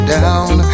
down